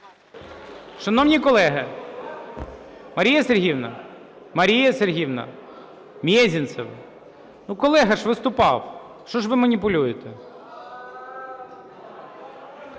Шановні колеги! Маріє Сергіївно, Маріє Сергіївно Мезенцева, колега ж виступав, що ж ви маніпулюєте?